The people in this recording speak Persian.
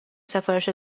سفارش